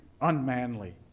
unmanly